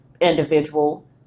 individual